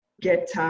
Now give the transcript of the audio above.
get